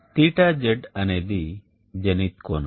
θz అనేది జెనిత్ కోణం